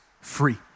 free